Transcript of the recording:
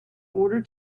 order